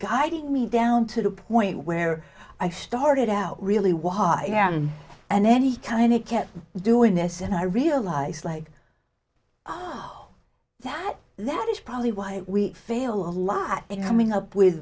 guiding me down to the point where i started out really why and then he kind of kept doing this and i realized like oh that that is probably why we fail a lot in coming up with